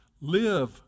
Live